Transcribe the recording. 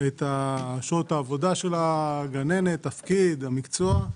את שעות העבודה של הגננת, תפקיד, המקצוע,